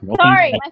Sorry